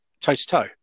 toe-to-toe